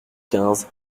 quinze